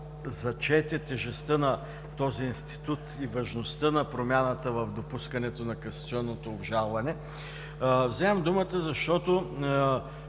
зачете тежестта на този институт и важността на промяната в допускането на касационното обжалване. Вземам думата, защото